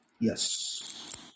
Yes